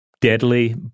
deadly